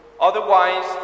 Otherwise